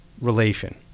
relation